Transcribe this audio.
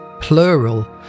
plural